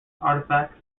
artefacts